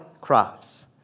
crops